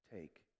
Take